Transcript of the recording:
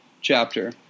chapter